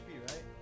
right